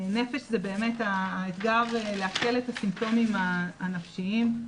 נפש זה באמת האתגר להקל את הסימפטומים הנפשיים.